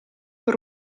per